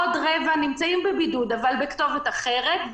עוד רבע נמצאים בבידוד אבל בכתובת אחרת.